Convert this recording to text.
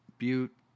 Butte